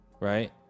Right